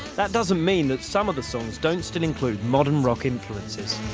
that doesn't mean that some of the songs don't still include modern rock influences.